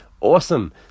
Awesome